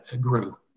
grew